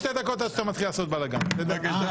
תחכה שתי דקות עד שאתה מתחיל לעשות בלגן, בסדר?